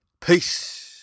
peace